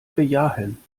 bejahen